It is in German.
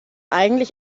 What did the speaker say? eigentlich